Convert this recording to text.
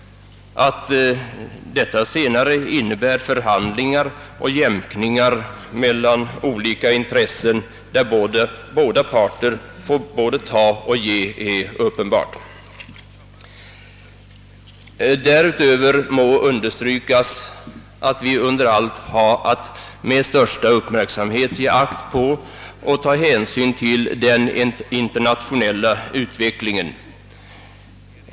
Att detta senare innebär förhandlingar och jämkningar mellan olika intressen, där bägge parter får både ta och ge, är uppenbart. Därutöver må understrykas, att vi framför allt har att med största uppmärksamhet ge akt på och ta hänsyn till den internationella utvecklingen.